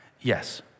Yes